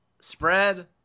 spread